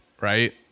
right